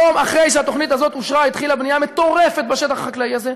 יום אחרי שהתוכנית הזאת אושרה התחילה בנייה מטורפת בשטח החקלאי הזה,